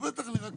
שלחוק